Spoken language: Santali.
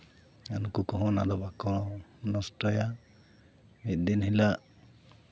ᱱᱩᱠᱩ ᱠᱚᱦᱚᱸ ᱚᱱᱟᱫᱚ ᱵᱟᱠᱚ ᱱᱚᱥᱴᱚᱭᱟ ᱢᱤᱫ ᱫᱤᱱ ᱦᱤᱞᱳᱜ